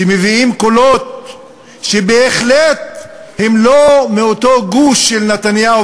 מביאים קולות שהם בהחלט לא מאותו גוש של נתניהו,